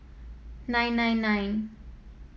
nine nine nine